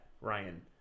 Ryan